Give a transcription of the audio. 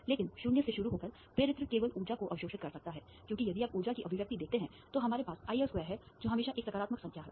लेकिन 0 से शुरू होकर प्रेरित्र केवल ऊर्जा को अवशोषित कर सकता है क्योंकि यदि आप ऊर्जा की अभिव्यक्ति देखते हैं तो हमारे पास IL2 है जो हमेशा एक सकारात्मक संख्या है